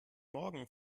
morgen